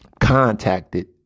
contacted